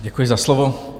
Děkuji za slovo.